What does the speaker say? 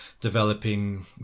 developing